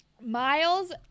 Miles